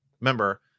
remember